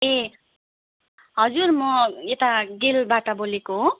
ए हजुर म यता गेलबाट बोलेको हो